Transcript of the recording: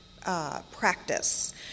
practice